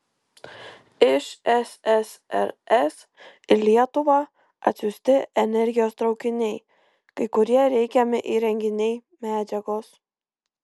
iš ssrs į lietuvą atsiųsti energijos traukiniai kai kurie reikiami įrenginiai medžiagos